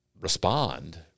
respond